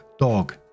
dog